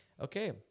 Okay